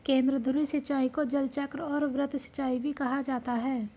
केंद्रधुरी सिंचाई को जलचक्र और वृत्त सिंचाई भी कहा जाता है